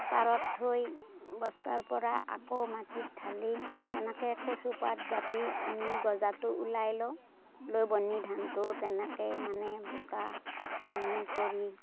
পাৰত থৈ বস্তাৰ পৰা আকৌ মাটিত ঢালি তেনেকে কচুপাত জাপি আমি গজাটো ওলাই লওঁ লৈ বনি ধানটো তেনেকে মানে বোকা পানী কৰি